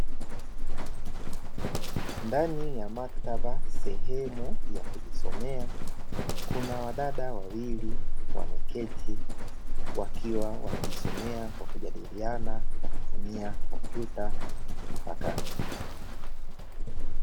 Ndani ya maktaba sehemu ya kujisomea, kuna wadada wawili wamekiti, wakiwa wanajisomea kwa kujadiliana kwa kutumia kompyuta mpakato.